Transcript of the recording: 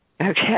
okay